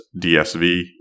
DSV